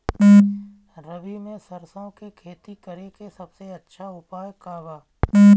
रबी में सरसो के खेती करे के सबसे अच्छा उपाय का बा?